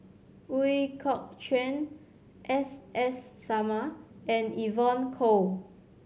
Ooi Kok Chuen S S Sarma and Evon Kow